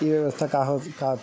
ई व्यवसाय का काम आथे?